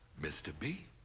mr. b.